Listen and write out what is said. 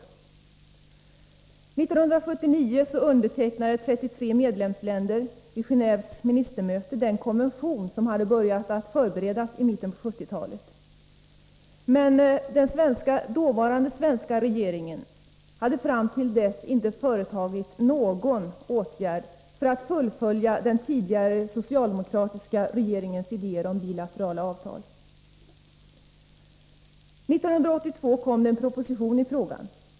1979 undertecknade 33 medlemsländer vid Genéves ministermöte den konvention som hade börjat förberedas i mitten av 1970-talet. Men den dåvarande svenska regeringen hade fram till dess inte vidtagit några åtgärder för att fullfölja den tidigare socialdemokratiska regeringens idéer om bilaterala avtal. 1982 lades en proposition i frågan.